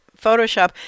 Photoshop